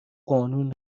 قانون